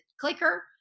clicker